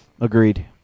Agreed